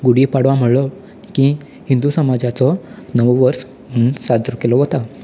गुडीपाडवा म्हळो की हिंदू समाजाचो नवो वर्स म्हूण साजरो केलो वता